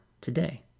today